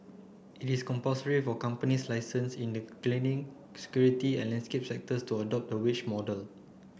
it is compulsory for companies licensed in the cleaning security and landscape sectors to adopt the wage model